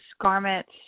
garments